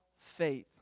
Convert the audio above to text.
faith